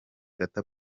data